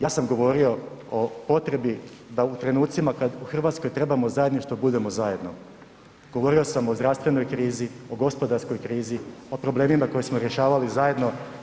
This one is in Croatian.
Ja sam govorio o potrebi da u trenucima kad u RH trebamo zajedništvo budemo zajedno, govorio sam o zdravstvenoj krizi, o gospodarskoj krizi, o problemima koje smo rješavali zajedno.